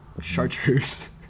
Chartreuse